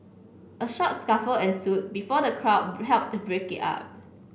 a short scuffle ensue before the crowd help to break it up